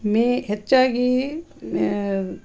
ಮೇ ಹೆಚ್ಚಾಗಿ ಮೆ